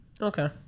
Okay